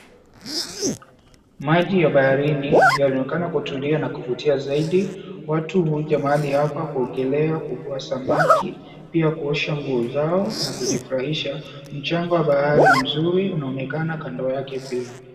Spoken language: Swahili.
Maji ya baharini yaonekana kutulia na kuvutia zaidi. Watu huja mahali hapa kuogelea, kuvua samaki, pia kuosha nguo zao na kujifurahisha. Mchanga wa bahari mzuri unaonekana kando yake pia.